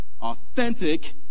authentic